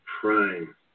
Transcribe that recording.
prime